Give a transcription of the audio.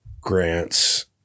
grants